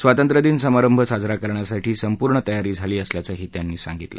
स्वातंत्र्यदिन समारंभ साजरा करण्यासाठी संपूर्ण तयारी झाली असल्याचही त्यांनी सांगितलं